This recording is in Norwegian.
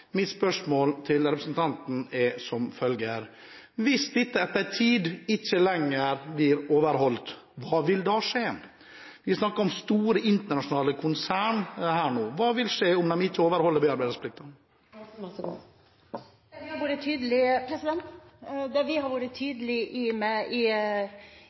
Mitt spørsmål til representanten er: Hvis dette etter en tid ikke lenger blir overholdt, hva vil da skje? Her snakker vi om store internasjonale konsern. Hva vil skje hvis de ikke overholder bearbeidingsplikten? Det vi har vært tydelige på i